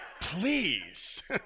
please